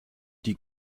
die